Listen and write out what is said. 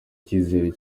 icyizere